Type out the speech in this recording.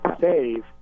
save